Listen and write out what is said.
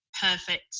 perfect